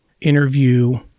interview